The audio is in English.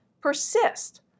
persist